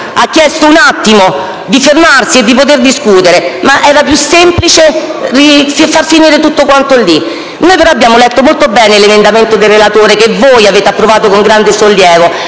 ha chiesto di fermarsi un attimo e di poter discutere. Ma era più semplice far finire tutto quanto lì. Noi però abbiamo letto molto bene l'emendamento del relatore che voi avete approvato con grande sollievo.